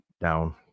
down